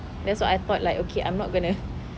that's what I thought like okay I'm not gonna